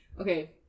Okay